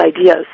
ideas